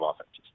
offenses